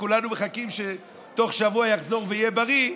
שכולנו מחכים שתוך שבוע יחזור ויהיה בריא,